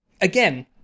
again